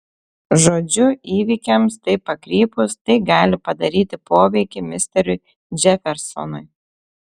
žodžiu įvykiams taip pakrypus tai gali padaryti poveikį misteriui džefersonui